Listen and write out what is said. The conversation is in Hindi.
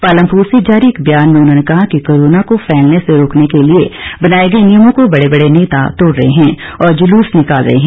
पालमपुर से जारी एक बयान में उन्होंने कहा है कि कोरोना को फैलने से रोकने के लिए बनाए गए नियमों को बड़े बड़े नेता तोड़ रहे हैं और जलूस निकाल रहे हैं